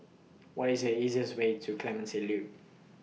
What IS The easiest Way to Clementi Loop